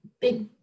big